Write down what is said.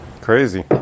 Crazy